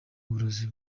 uburozi